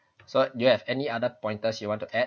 so do you have any other pointers you want to add